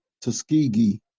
Tuskegee